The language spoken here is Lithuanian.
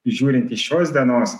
žiūrint iš šios dienos